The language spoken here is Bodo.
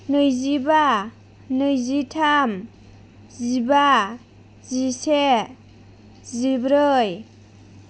नैजिबा नैजिथाम जिबा जिसे जिब्रै